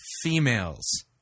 females